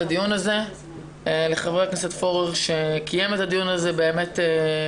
הדיון הזה ולחבר הכנסת פורר שקיים את הדיון הזה במהירות.